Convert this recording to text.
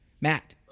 Matt